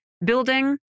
building